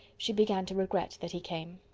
she began to regret that he came.